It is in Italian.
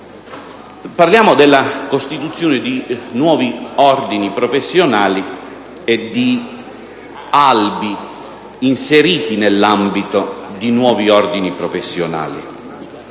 Parliamo della costituzione di nuovi ordini professionali e di albi inseriti nell'ambito di nuovi ordini professionali.